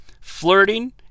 flirting